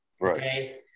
Right